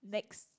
next